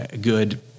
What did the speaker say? good